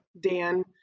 Dan